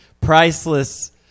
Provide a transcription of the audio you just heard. priceless